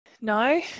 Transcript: No